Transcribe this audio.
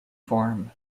form